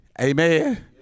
Amen